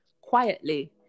quietly